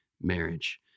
marriage